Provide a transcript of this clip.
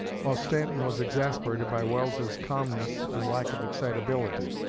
while stanton was exasperated by welles's calmness and lack of excitability.